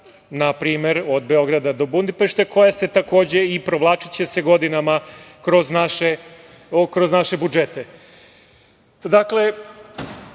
npr. od Beograda do Budimpešte, koja se takođe, i provlačiće se godinama kroz naše budžete. Dakle,